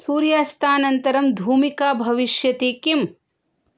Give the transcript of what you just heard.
सूर्यास्तानन्तरं धूमिका भविष्यति किम्